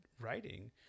writing